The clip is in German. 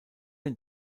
den